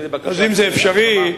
אם זה אפשרי,